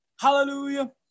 hallelujah